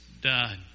done